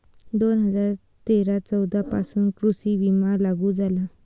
दोन हजार तेरा चौदा पासून कृषी विमा लागू झाला